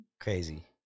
Crazy